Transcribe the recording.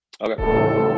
Okay